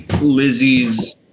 Lizzie's